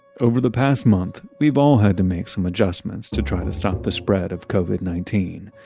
over the past month, we've all had to make some adjustments to try to stop the spread of covid nineteen.